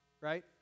right